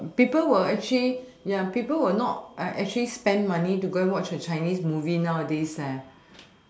but people will actually ya people will not spend money to go and watch a chinese movie nowadays leh